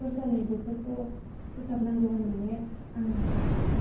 खिख'रसालि बिफोरखौ फोसाबनांगौ होननानै आं सानो